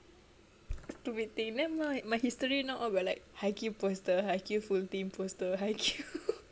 stupid thing then my my history now all got like haikyuu poster haikyuu full team poster haikyuu